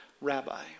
rabbi